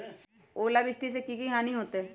ओलावृष्टि से की की हानि होतै?